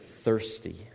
thirsty